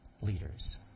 leaders